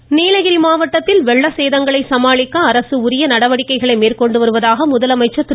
பழனிச்சாமி நீலகிரி மாவட்டத்தில் வெள்ள சேதங்களை சமாளிக்க அரசு உரிய நடவடிக்கைகள் மேற்கொண்டு வருவதாக முதலமைச்சர் திரு